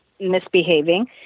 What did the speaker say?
misbehaving